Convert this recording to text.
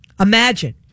Imagine